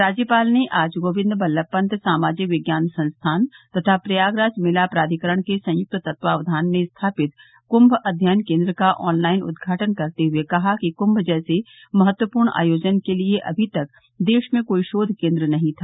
राज्यपाल ने आज गोविन्द वल्लभ पंत सामाजिक विज्ञान संस्थान तथा प्रयागराज मेला प्राधिकरण के संयुक्त तत्वावधान में स्थापित कूंम अध्ययन केन्द्र का ऑनलाइन उद्घाटन करते हुये कहा कि कुंभ जैसे महत्वपूर्ण आयोजन के लिये अभी तक देश में कोई शोध केन्द्र नही था